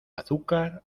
azúcar